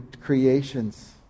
creations